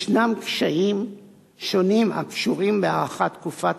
ישנם קשיים שונים הקשורים בהארכת תקופת